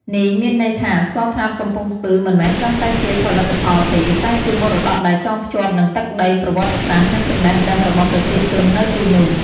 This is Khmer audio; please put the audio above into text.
នេះមានន័យថាស្ករត្នោតកំពង់ស្ពឺមិនមែនត្រឹមតែជាផលិតផលទេ តែជាមរតកដែលចងភ្ជាប់នឹងទឹកដី ប្រវត្តិសាស្ត្រ និងចំណេះដឹងរបស់ប្រជាជននៅទីនោះ។